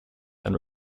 and